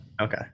Okay